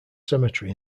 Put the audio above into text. cemetery